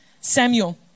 Samuel